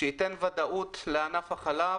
שייתן ודאות לענף החלב